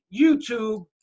YouTube